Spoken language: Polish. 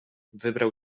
wybrał